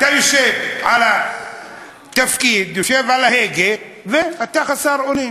אתה יושב בתפקיד, יושב על ההגה, ואתה חסר אונים.